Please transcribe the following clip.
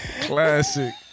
Classic